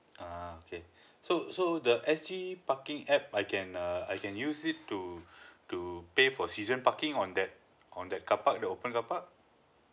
ah okay so so the S G parking app I can err I can use it to to pay for season parking on that on that carpark the open car park